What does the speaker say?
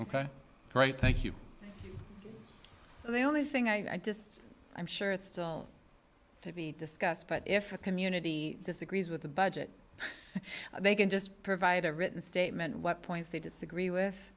right thank you so the only thing i just i'm sure it's still to be discussed but if a community disagrees with the budget they can just provide a written statement what points they disagree with